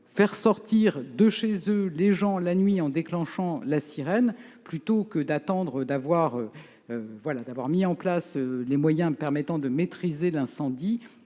faire sortir de chez eux les riverains la nuit en déclenchant la sirène avant d'avoir mis en place les moyens permettant de maîtriser l'incendie.